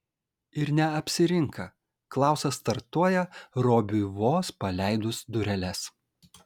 ir neapsirinka klausas startuoja robiui vos paleidus dureles